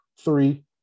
three